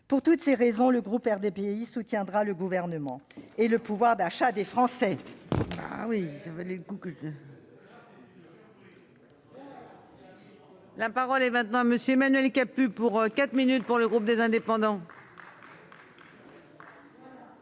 Pour toutes ces raisons, le groupe RDPI soutiendra le Gouvernement et le pouvoir d'achat des Français